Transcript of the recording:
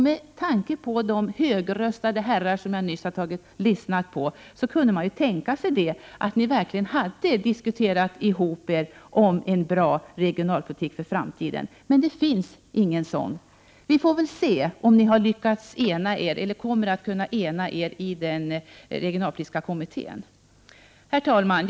Med tanke på de högröstade herrar som jag nyss har lyssnat på kunde man tänka sig att ni verkligen hade diskuterat er samman om en bra regionalpolitik för framtiden. Men det finns ingen sådan. Vi får väl se om ni kommer att kunna ena er i den regionalpolitiska utredningen. Herr talman!